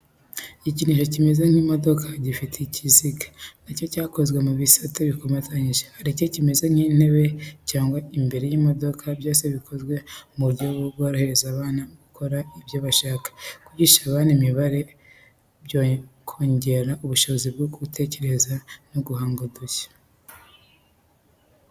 Igikinisho kimeze nk’imodoka gifite ibiziga. Nacyo cyakozwe mu bisate bikomatanyije. Hari igice kimeze nk’intebe cyangwa imbere y’imodoka byose bikozwe mu buryo bworohereza abana gukora ibyo bashaka. Kwigisha abana imibare kongera ubushobozi bwo gutekereza no guhanga udushya.